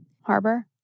Harbor